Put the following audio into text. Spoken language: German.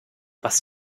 was